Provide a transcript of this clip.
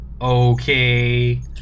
okay